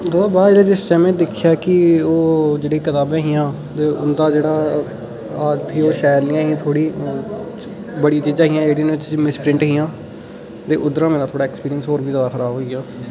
ओह्दे शा बाद जेल्लै में दिक्खेआ के ओह् जेह्ड़ियां कताबां हियां ते उं'दा जेह्ड़ा हालत ही ओह् शैल नेईं ही थोह्ड़ी बड़ियां चीज़ां हियां जेह्ड़ियां नुहाड़े च मिसप्रिंट हियां ते उद्धरा मेरा जेह्ड़ा एक्सपीरियंस थोह्ड़ा होर बी जादा खराब होई गेआ